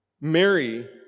Mary